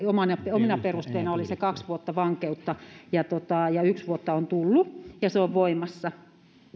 omina perusteina se kaksi vuotta vankeutta ja ja yksi vuosi on tullut ja se on voimassa